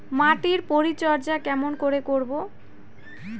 মাটির পরিচর্যা কেমন করে করব?